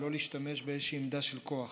לא להשתמש באיזושהי עמדה של כוח.